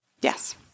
yes